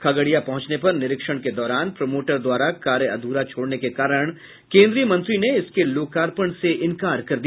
खगड़िया पहंचने पर निरीक्षण के दौरान प्रमोटर द्वारा कार्य अध्रा छोड़ने के कारण केन्द्रीय मंत्री ने इसके लोकार्पण से इंकार कर दिया